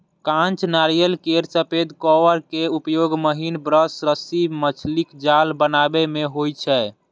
कांच नारियल केर सफेद कॉयर के उपयोग महीन ब्रश, रस्सी, मछलीक जाल बनाबै मे होइ छै